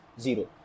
zero